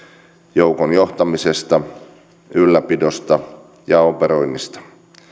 joukon johtamisesta ylläpidosta ja operoinnista